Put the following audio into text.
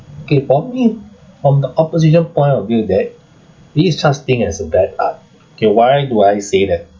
okay for me on the opposition point of view that there is such thing as a bad art okay why do I say that